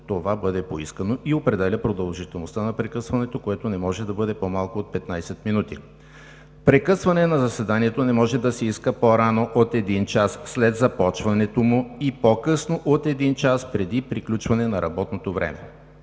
това бъде поискано и определя продължителността на прекъсването, което не може да бъде по-малко от 15 минути. Прекъсване на заседанието не може да се иска по-рано от един час след започването му и по-късно от един час преди приключване на работното време.